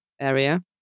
area